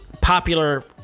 popular